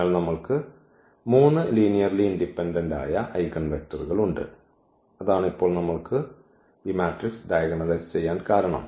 അതിനാൽ നമ്മൾക്ക് 3 linearly independence ആയ ഐഗൻവെക്റ്റർ ഉണ്ട് അതാണ് ഇപ്പോൾ നമ്മൾക്ക് ഈ മാട്രിക്സ് ഡയഗണലൈസ് ചെയ്യാൻ കാരണം